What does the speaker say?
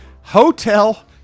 Hotel